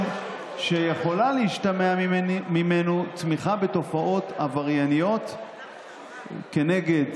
שיכולה להשתמע ממנו תמיכה בתופעות עברייניות כנגד